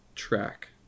track